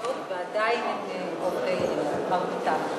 ועדיין הם עובדי העירייה.